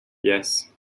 yes